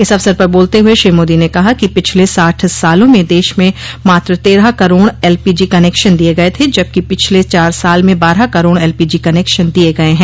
इस अवसर पर बोलते हुए श्री मोदी ने कहा कि पिछले साठ सालों में देश में मात्र तेरह करोड़ एलपीजी कनेक्शन दिये गये थे जबकि पिछले चार साल में बारह करोड़ एलपीजी कनेक्शन दिये गये है